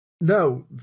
No